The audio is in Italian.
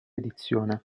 edizione